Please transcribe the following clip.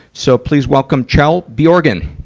so please welcome kjell bjorgen.